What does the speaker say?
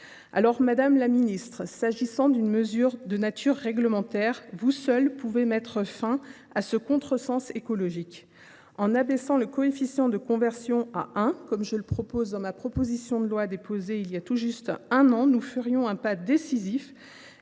Madame la ministre, s’agissant d’une disposition de nature réglementaire, vous seule pouvez mettre fin à ce contresens écologique. Si nous abaissions le coefficient de conversion à 1, comme je le prévois dans la proposition de loi que j’ai déposée il y a tout juste un an, nous ferions un pas décisif